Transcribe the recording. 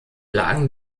lagen